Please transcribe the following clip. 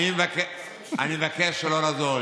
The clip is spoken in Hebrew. הצעת החוק באה לפשט ולשנות את המתכונת שלפיה